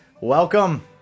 Welcome